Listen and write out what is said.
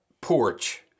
porch